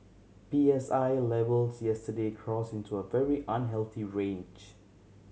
P S I levels yesterday crossed into a very unhealthy range